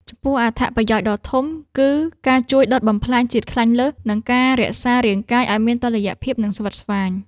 ចំពោះអត្ថប្រយោជន៍ដ៏ធំ គឺការជួយដុតបំផ្លាញជាតិខ្លាញ់លើស និងការរក្សារាងកាយឱ្យមានតុល្យភាព និងស្វិតស្វាញ។